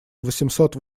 восемьсот